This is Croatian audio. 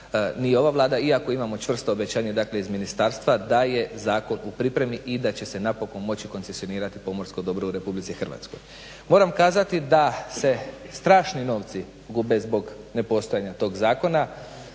ni ova Vlada iako imamo čvrsto obećanje dakle iz ministarstva da je zakon u pripremi i da će se napokon moći koncesionirati pomorsko dobro u RH. Moram kazati da se strašni novci gube zbog nepostojanja tog zakona,